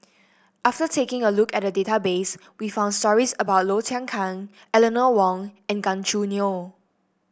after taking a look at the database we found stories about Low Thia Khiang Eleanor Wong and Gan Choo Neo